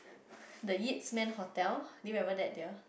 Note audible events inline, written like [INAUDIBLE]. [BREATH] the Yips-Man-Hotel do you remember that dear